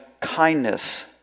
kindness